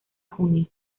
junio